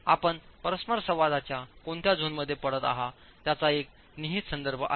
आपण परस्पर संवादाच्या कोणत्या झोनमध्ये पडत आहात त्याचा एक निहित संदर्भ आहे